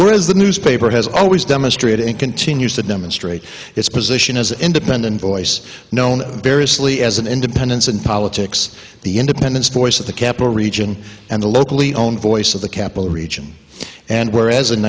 whereas the newspaper has always demonstrated and continues to demonstrate its position as independent voice known variously as an independence and politics the independent voice of the capital region and the locally owned voice of the capital region and whereas in